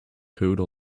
code